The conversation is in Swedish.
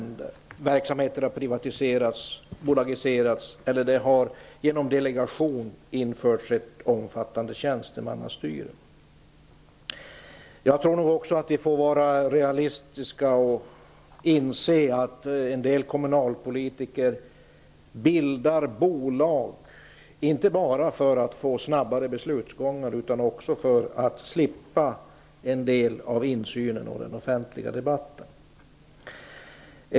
Verksamheter har privatiserats och bolagiserats, och genom delegering har ett omfattande tjänstemannastyre införts. Vi måste vara realistiska och inse att en del kommunalpolitiker bildar bolag, inte bara för att få snabbare beslutsgångar utan också för att slippa en del av insynen i den offentliga debatten.